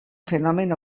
fenomen